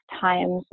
times